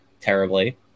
Terribly